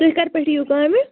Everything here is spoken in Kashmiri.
تُہۍ کَر پٮ۪ٹھ یِیِو کامہِ